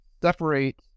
separate